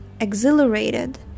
exhilarated